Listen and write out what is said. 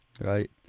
Right